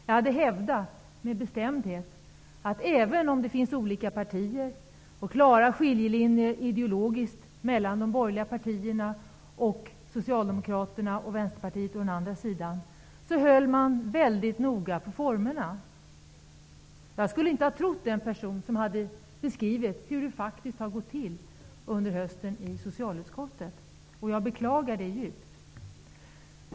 Jag hade med bestämdhet hävdat att man håller väldigt noga på formerna även om det finns olika partier och klara ideologiska skiljelinjer mellan de borgerliga partierna å ena sidan och Socialdemokraterna och Vänsterpartiet å andra sidan. Jag skulle inte ha trott den person som hade beskrivit hur det faktiskt har gått till under hösten i socialutskottet. Jag beklagar djupt det som har skett.